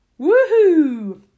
Woohoo